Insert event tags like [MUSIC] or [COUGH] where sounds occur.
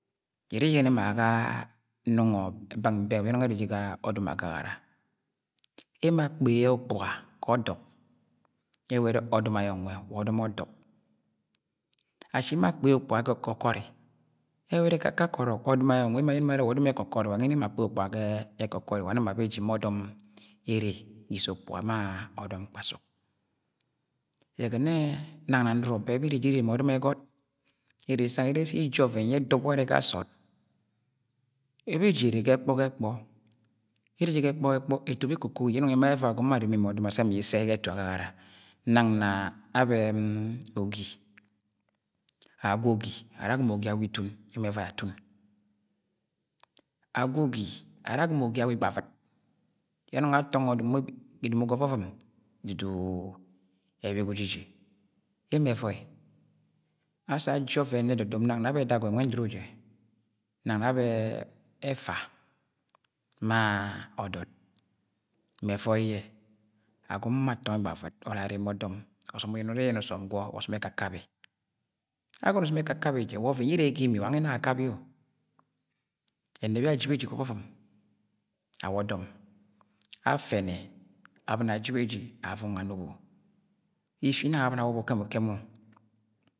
Iri iyẹnẹ ma ga, nungọ bẹng-bẹng bẹ arre, jẹ ga ọdọm agagara emo akpe yẹ ukpuga ga ọdọp ewe ere ọdọm ayọ nwe wa ọdọm ọdọp ashi emo akpẹ yẹ ukpuga ga ekọkọri, ewe ẹrẹ ga ake ọrọk ọdọm ayo nwẹ emo ayẹnẹ, mọ arẹ wa ọdọm ẹkokọri wa nwẹ ẹna emo akpe yẹ ukpuga ga ẹkọkọri ẹwẹ ẹrẹ ga akẹ ọrọk ọdọm ayọ nwẹ emo ayẹnẹ mọ arẹ wa ọdọm ẹkọkọri wa nwẹ ẹna emo akpe yẹ ukpuga ga ẹkokori wa nẹ ma beji ma ọdọm ere issẹ ukpuga ma ọdọm kpasuk ẹgọnẹ nang na nọrọ bẹ bi irre jọ iri ireme ọdọm ẹgọt iri isang irẹ si iji ọvẹn ye ẹdọp warẹ ga a sọọd beji erre ga ẹkpọ gẹ ẹkpọ erre jẹ ga ẹkpọ gẹ ẹkpọ eto bẹ ekokogi yẹ ẹnong ẹma yẹ ẹvoi agọm mọ areme ma ọdọm assẹ ma issẹ ga etu agagara nang na abẹ [HESITATION] ogi, agwa ogi, ara agọmọ na ogi awa itun yẹ ẹmẹ ẹvoi atun agwa ogi arẹ agọmọ ogi awa igbavɨ yẹ anung atọngọ domo ga ovovum dudu ẹbi ga ujiji yẹ ẹmẹ ẹvoi ashi aji ọvẹn ẹdọdọp nang na abe ẹdagọi nwẹ yẹ ndoro jẹ, nang na abẹ effa, ma ọdọd, mẹ ẹvoi yẹ agọmọ mọ atọngọ igbavɨb or areme ọdọm ọsọm uyẹnẹ yẹ urẹ ọsọm gwọ wa ọsọm ẹkakabi agọnọ ọsọm ẹkakabi jẹ wa ọvẹn yẹ ere yẹ ga ini wa nwẹ ẹna yẹ akabi-o enep yẹ aji beji ga ọvọvum awa ọdọm afẹnẹ aboni aji beji avọngọ anobo ifinang abọni awọbọ ukẹm-ukẹm-o.